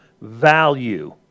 value